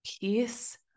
peace